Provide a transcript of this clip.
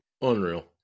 Unreal